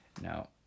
Now